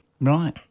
Right